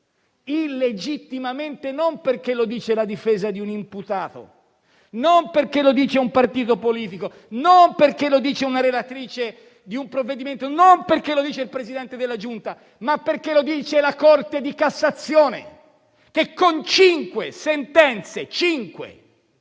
Illegittimamente non perché lo dice la difesa di un imputato; non perché lo dice un partito politico; non perché lo dice la relatrice di un provvedimento; non perché lo dice il Presidente della Giunta, ma perché lo dice la Corte di cassazione. E lo dice con cinque sentenze. Cinque!